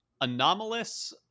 anomalous